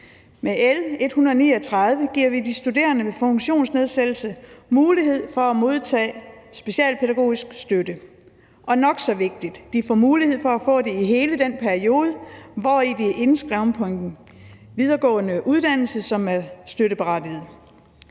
Med L 139 giver vi de studerende med funktionsnedsættelse mulighed for at modtage specialpædagogisk støtte, og nok så vigtigt får de mulighed for at få det i hele den periode, hvori de er indskrevet på en videregående uddannelse, som er støtteberettiget.